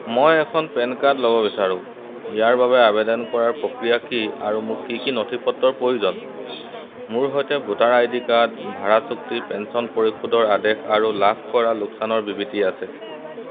মই এখন PAN card ল'ব বিচাৰোঁ ইয়াৰ বাবে আবেদন কৰাৰ প্ৰক্ৰিয়া কি আৰু মোক কি কি নথিপত্ৰৰ প্ৰয়োজন মোৰ সৈতে ভোটাৰ আই ডি কাৰ্ড ভাড়া চুক্তি পেন্সন পৰিশোধৰ আদেশ আৰু লাভকৰা লোকচানৰ বিবৃতি আছে